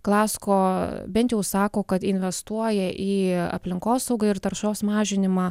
klasko bent jau sako kad investuoja į aplinkosaugą ir taršos mažinimą